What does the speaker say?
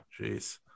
jeez